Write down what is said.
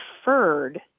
deferred